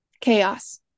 chaos